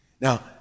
Now